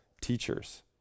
teachers